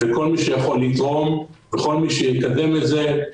וכל מי שיכול לתרום וכל מי שיקדם את זה,